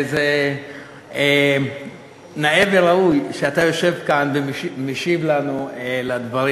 זה נאה וראוי שאתה יושב כאן ומשיב לנו על הדברים.